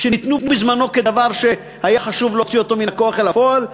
הן ניתנו בזמנן כדבר שהיה חשוב להוציא אותו מן הכוח אל הפועל,